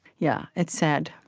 yeah, it's sad.